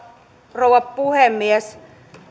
rouva puhemies